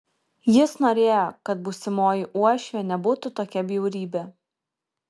jis norėjo kad būsimoji uošvė nebūtų tokia bjaurybė